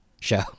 show